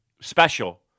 special